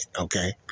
okay